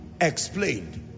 explained